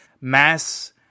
mass